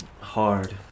hard